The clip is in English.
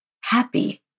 happy